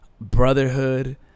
brotherhood